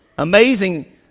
Amazing